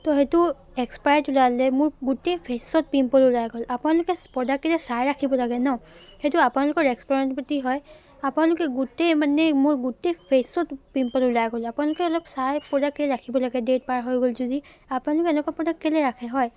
ত' সেইটো এক্সপায়াৰ্ড ওলালে মোৰ গোটেই ফেচত পিম্পল ওলাই গ'ল আপোনালোকে প্ৰডাক্টকেইটা চাই ৰাখিব লাগে নহ্ সেইটো আপোনালোকৰ ৰেচপঞ্চিবিলিটি হয় আপোনালোকে গোটেই মানে মোৰ গোটেই ফেচত পিম্পল ওলাই গ'ল আপোনালোকে অলপ চাই প্ৰডাক্ট ৰাখিব লাগে ডেট পাৰ হৈ গ'ল যদি আপোনালোকে এনেকুৱা প্ৰডাক্ট কেলৈ ৰাখে হয়